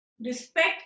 Respect